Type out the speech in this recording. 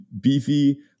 beefy